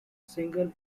single